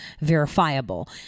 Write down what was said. verifiable